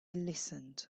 listened